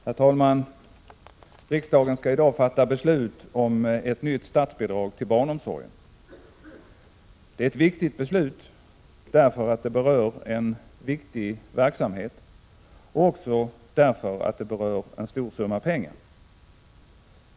Herr talman! Riksdagen skall i dag fatta beslut om ett nytt statsbidrag till barnomsorgen. Det är ett viktigt beslut därför att det berör en angelägen verksamhet och handlar om en stor summa pengar.